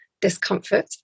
discomfort